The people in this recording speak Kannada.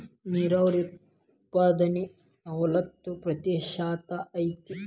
ನೇರಾವರಿ ಉತ್ಪಾದನೆ ನಲವತ್ತ ಪ್ರತಿಶತಾ ಐತಿ